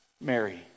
Mary